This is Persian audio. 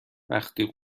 وقتی